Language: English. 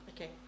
Okay